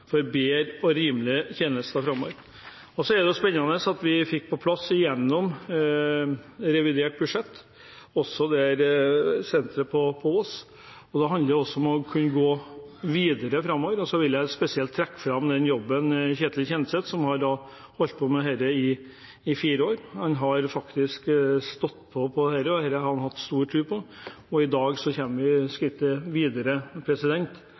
for bedre og rimeligere tjenester framover. Så er det spennende at vi gjennom revidert budsjett også fikk på plass senteret på Ås. Det handler også om å kunne gå videre framover. Og så vil jeg gjerne få trekke fram jobben til Ketil Kjenseth, som har holdt på med dette i fire år. Han har stått på, og dette har han hatt stor tro på, og i dag kommer vi skrittet videre.